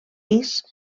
pis